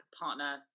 partner